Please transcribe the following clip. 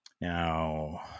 Now